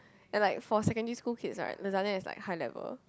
ya like for secondary school kids right lasagna is like high level